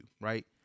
right